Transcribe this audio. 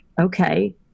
okay